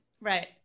Right